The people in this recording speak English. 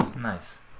Nice